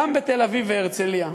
גם בתל-אביב והרצליה.